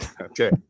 Okay